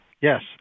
Yes